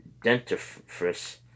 dentifrice